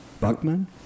Buckman